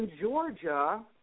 Georgia